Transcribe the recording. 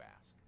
ask